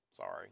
Sorry